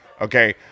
Okay